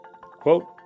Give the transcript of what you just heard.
Quote